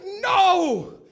no